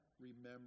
remember